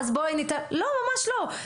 לא, ממש לא.